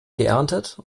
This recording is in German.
geerntet